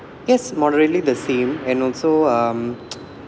yes moderately the same and also um